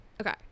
Okay